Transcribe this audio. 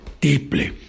deeply